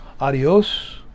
adios